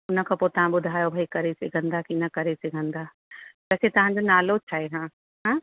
हुन खां पोइ तव्हां ॿुधायो भई करे सघंदा की न करे सघंदा अछा तव्हांजो नालो छा आहे हा हा